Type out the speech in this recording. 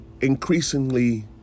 increasingly